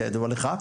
כידוע לך,